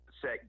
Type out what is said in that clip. set